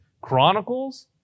Chronicles